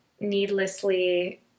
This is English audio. needlessly